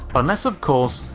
unless, of course,